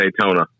Daytona